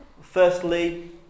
Firstly